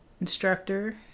instructor